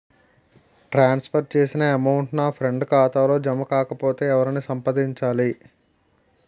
ట్రాన్స్ for చేసిన amount నా friend ఖాతాలో జమ కాకపొతే ఎవరిని సంప్రదించాలి?